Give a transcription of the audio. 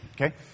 okay